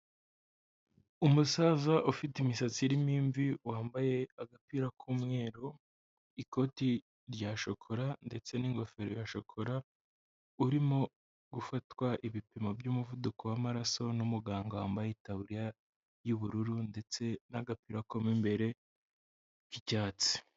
Umusaza ufite imisatsi irimo imvi wambaye agapira k'umweru, ikoti rya shokora ndetse n'ingofero ya shokora urimo gufatwa ibipimo by'umuvuduko w'amaraso n'umuganga wambaye itaburiya y'ubururu ndetse n'agapira ka mo imbere k'icyatsi.